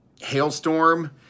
Hailstorm